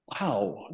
Wow